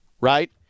right